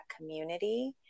community